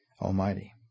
Almighty